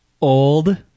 old